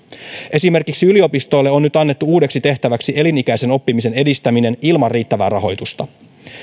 esimerkiksi yliopistoille on nyt annettu uudeksi tehtäväksi elinikäisen oppimisen edistäminen ilman riittävää rahoitusta